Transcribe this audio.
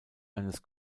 eines